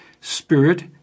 spirit